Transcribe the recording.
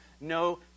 no